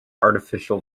artificial